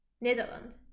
Netherlands